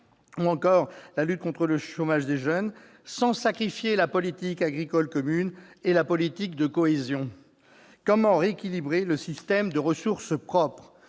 ou la lutte contre le chômage des jeunes -sans sacrifier la politique agricole commune et la politique de cohésion ? Comment rééquilibrer le système de ressources propres ?